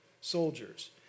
soldiers